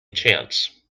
chance